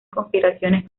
conspiraciones